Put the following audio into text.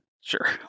sure